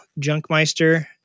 junkmeister